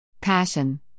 Passion